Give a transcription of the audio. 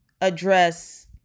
address